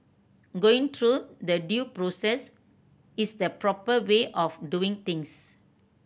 going through the due process is the proper way of doing things